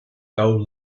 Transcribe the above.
gold